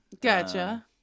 gotcha